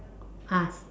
ah s~